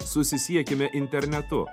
susisiekime internetu